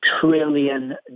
trillion